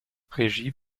regie